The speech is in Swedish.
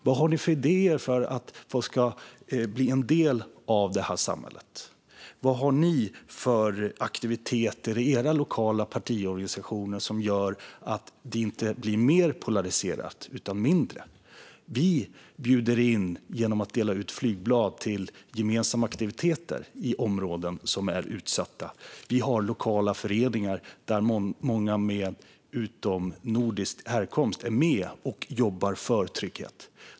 Vad har ni för idéer för att folk ska bli en del av det här samhället? Vad har ni för aktiviteter i era lokala partiorganisationer som gör att det inte blir mer polariserat, utan mindre? Vi bjuder genom att dela ut flygblad in till gemensamma aktiviteter i utsatta områden. Vi har lokala föreningar, där många med utomnordisk härkomst är med och jobbar för trygghet.